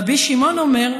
רבי שמעון אומר,